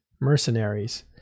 mercenaries